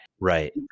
Right